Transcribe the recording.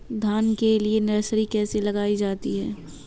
धान के लिए नर्सरी कैसे लगाई जाती है?